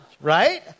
right